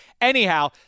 Anyhow